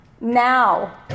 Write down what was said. now